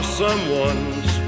someone's